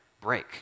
break